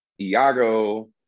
Iago